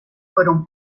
fueron